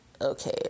Okay